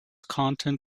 content